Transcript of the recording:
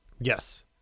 Yes